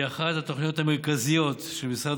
היא אחת התוכניות המרכזיות של משרד